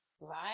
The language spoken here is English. Right